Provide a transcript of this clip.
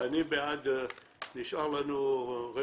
מה